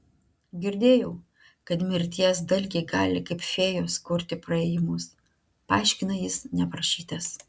girdėjau kad mirties dalgiai gali kaip fėjos kurti praėjimus paaiškina jis neprašytas